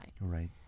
Right